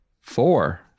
Four